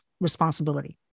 responsibility